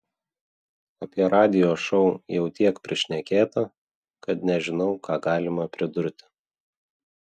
apie radijo šou jau tiek prišnekėta kad nežinau ką galima pridurti